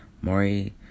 maury